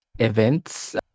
events